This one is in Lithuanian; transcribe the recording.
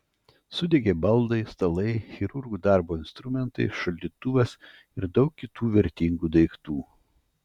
sudegė baldai stalai chirurgų darbo instrumentai šaldytuvas ir daug kitų vertingų daiktų